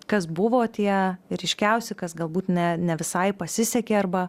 kas buvo tie ryškiausi kas galbūt ne ne visai pasisekė arba